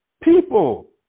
people